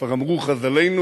כבר אמרו חז"לינו: